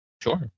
Sure